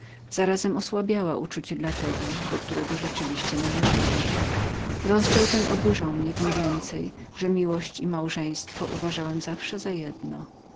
zarazem osłabiała uczucia dla tego do kogo rzeczywiście należała rozdział ten oburzał mnie tem więcej że miłość i małżeństwo uważałem zawsze za jedno